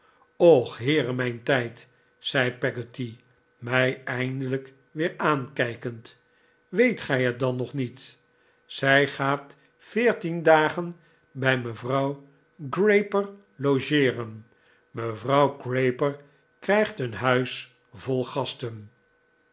och heere mijn tijd zei peggotty mij eindelijk weer aankijkend weet gij het dan nog niet zij gaat veertien dagen bij mevrouw grayper logeeren mevrouw grayper krijgt een huis vol gasten